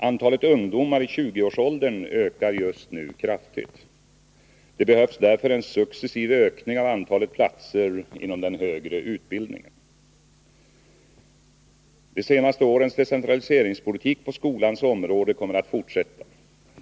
Antalet ungdomar i 20-årsåldern ökar just nu kraftigt. Det behövs därför en successiv ökning av antalet platser inom den högre utbildningen. De senaste årens decentraliseringspolitik på skolans område kommer att fortsätta.